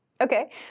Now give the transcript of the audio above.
Okay